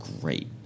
great